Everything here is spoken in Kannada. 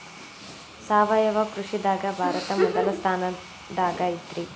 ಸಾವಯವ ಕೃಷಿದಾಗ ಭಾರತ ಮೊದಲ ಸ್ಥಾನದಾಗ ಐತ್ರಿ